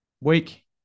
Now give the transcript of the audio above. week